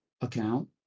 account